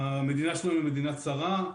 המדינה שלנו היא מדינה צרה,